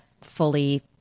fully